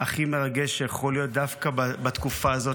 הכי מרגש שיכול להיות דווקא בתקופה הזאת,